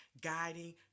guiding